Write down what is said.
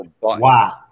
Wow